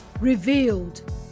Revealed